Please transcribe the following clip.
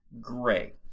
gray